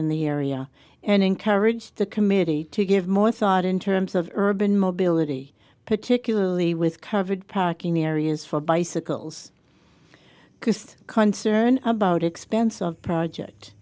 in the area and encourage the committee to give more thought in terms of urban mobility particularly with covered packing areas for bicycles caused concern about expense of project